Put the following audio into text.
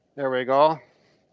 there we go.